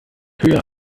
höher